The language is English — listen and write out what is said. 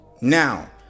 Now